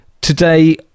Today